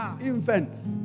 infants